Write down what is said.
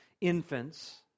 Infants